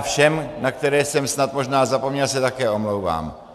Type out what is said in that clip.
A všem, na které jsem snad možná zapomněl, se také omlouvám.